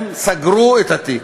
הם סגרו את התיק.